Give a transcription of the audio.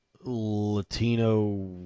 Latino